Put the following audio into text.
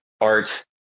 art